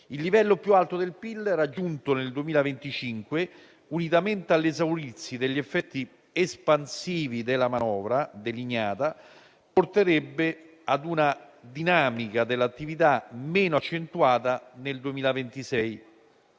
Il livello più alto del PIL, raggiunto nel 2025, unitamente all'esaurirsi degli effetti espansivi della manovra delineata, porterebbe ad una dinamica dell'attività meno accentuata nel 2026.